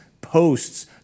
posts